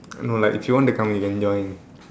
no like if you want to come you can join